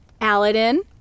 Aladdin